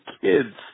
kids